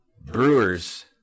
Brewers